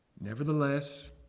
Nevertheless